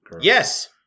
Yes